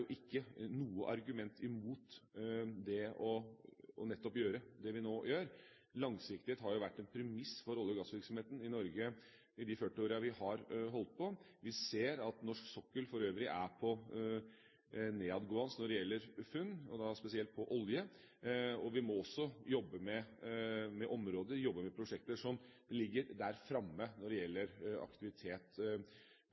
jo vært en premiss for olje- og gassvirksomheten i Norge i de 40 årene vi har holdt på. Vi ser at norsk sokkel for øvrig er nedadgående når det gjelder funn, spesielt av olje. Vi må også jobbe med områder, prosjekter, som ligger der framme når det